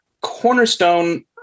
Cornerstone